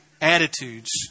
attitudes